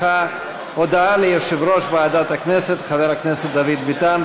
הודעה ליושב-ראש ועדת הכנסת חבר הכנסת דוד ביטן,